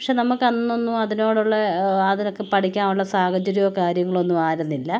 പഷേ നമുക്ക് അന്നൊന്നും അതിനോടുള്ള അതിനൊക്കെ പഠിക്കാനുള്ള സാഹചര്യമോ കാര്യങ്ങളൊന്നും ആയിരുന്നില്ല